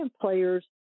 players